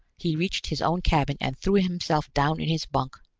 he reached his own cabin and threw himself down in his bunk,